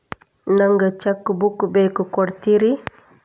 ನಂಗ cheque book ಬೇಕು ಕೊಡ್ತಿರೇನ್ರಿ?